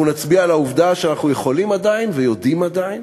אנחנו נצביע על העובדה שאנחנו עדיין יכולים ועדיין